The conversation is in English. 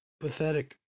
pathetic